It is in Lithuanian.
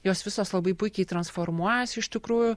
jos visos labai puikiai transformuojasi iš tikrųjų